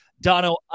Dono